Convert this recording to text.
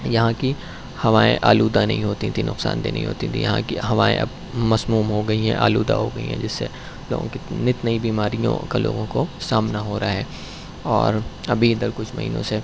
یہاں کی ہوائیں آلودہ نہیں ہوتی تھیں نقصاندہ نہیں ہوتی تھیں یہاں کی ہوائیں اب مسموم ہو گئی ہیں آلودہ ہو گئیں ہیں جس سے لوگوں کی نت نئی بیماریوں کا لوگوں کو سامنا ہو رہا ہے اور ابھی ادھر کچھ مہینوں سے